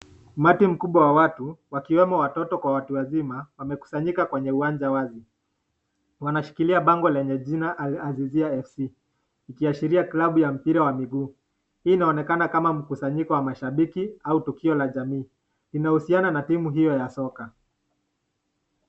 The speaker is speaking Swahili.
Umati mkubwa wa watu wakiwemo watoto kwa watu wazima wamekusanyika kwenye uwanja wazi. Wanashikilia bango lenye jina Al azizia FC, ikiashiria klabu ya mpira wa miguu. Hii inaonekana kama mkusanyiko wa mashabiki au tukio la jamii. Inahusiana na timu hiyo ya soka.